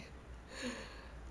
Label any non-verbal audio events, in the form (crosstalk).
(breath)